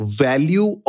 value